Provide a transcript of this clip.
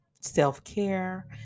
self-care